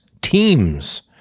teams